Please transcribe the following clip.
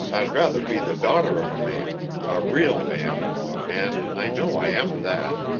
i'd rather be the daughter of a man a real man and i know i am that.